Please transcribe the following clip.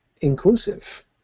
inclusive